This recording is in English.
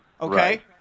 Okay